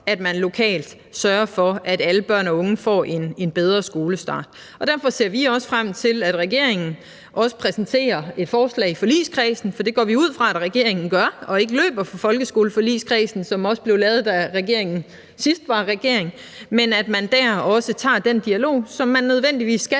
at man lokalt sørger for, at alle børn og unge får en bedre skolestart. Derfor ser vi også frem til, at regeringen også præsenterer et forslag i forligskredsen – for det går vi ud fra regeringen gør og ikke løber fra folkeskoleforligskredsen, som også blev lavet, da regeringen sidst var i regering – og der tager den dialog, som man nødvendigvis skal